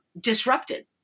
disrupted